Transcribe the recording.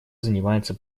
занимается